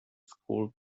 school